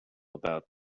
about